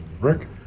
Rick